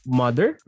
mother